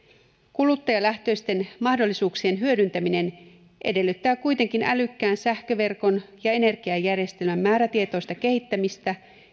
kuluttajalähtöisten mahdollisuuksien hyödyntäminen edellyttää kuitenkin älykkään sähköverkon ja energiajärjestelmän määrätietoista kehittämistä